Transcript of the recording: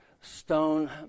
stone